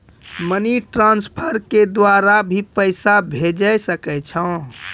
Money transfer के द्वारा भी पैसा भेजै सकै छौ?